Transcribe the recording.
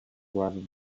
rather